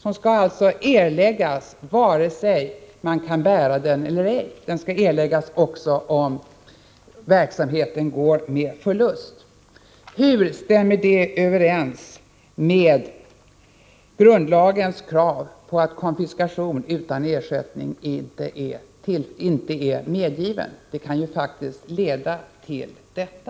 Den skall erläggas vare sig man kan bära den eller ej, alltså även om verksamheten går med förlust. Hur stämmer det överens med grundlagens krav på att konfiskation utan ersättning inte får förekomma? Det kan ju faktiskt leda till detta.